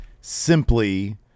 simply